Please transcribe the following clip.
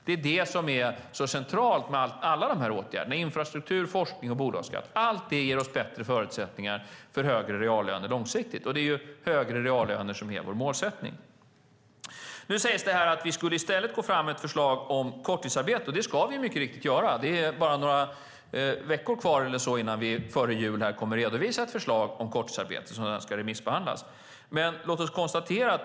Det är centralt med alla dessa åtgärder: infrastruktur, forskning och bolagsskatt. Allt det ger oss bättre förutsättningar för högre reallöner långsiktigt, och det är högre reallöner som är vår målsättning. Det sägs här att vi i stället ska gå fram med ett förslag om korttidsarbete. Det ska vi göra; det är bara några veckor kvar innan vi före jul kommer att redovisa ett förslag om korttidsarbete som sedan ska remissförhandlas.